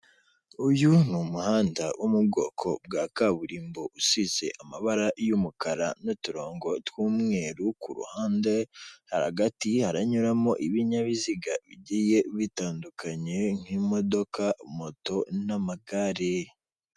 Uyu ni umuhanda wo mu bwoko bwa kaburimbo usize amabara y'umukara n'uturongo tw'umweru, ku ruhande hagati haranyuramo ibinyabiziga bigiye bitandukanye nk'imodoka, moto n'amagare.